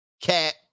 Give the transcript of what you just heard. cat